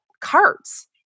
cards